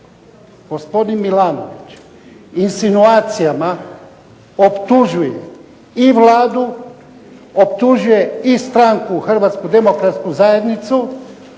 gospodin Milanović i insinuacijama optužuje i Vladu, optužuje i stranku HDZ-a, pokušava i